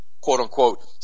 quote-unquote